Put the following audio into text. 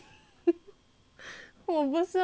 我不是 vanessa meh